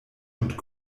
und